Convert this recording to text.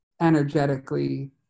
energetically